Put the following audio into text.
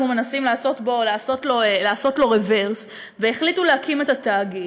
מנסים לעשות לו רוורס והחליטו להקים את התאגיד.